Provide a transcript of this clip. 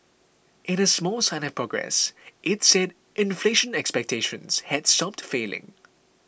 in a small sign of progress it said inflation expectations had stopped falling